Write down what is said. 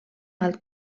alt